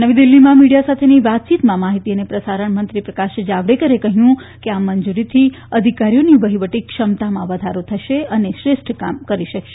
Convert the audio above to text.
નવી દિલ્હીમાં મિડિયા સાથેની વાતચીતમાં માહિતી અને પ્રસારણ મંત્રી પ્રકાશ જાવડેકરે કહ્યું કે આ મંજૂરીથી અધિકારીઓની વહિવટી ક્ષમતામાં વધારો થશે અને શ્રેષ્ઠ કામ કરી શકશે